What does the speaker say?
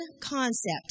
concept